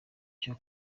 cyo